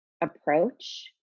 approach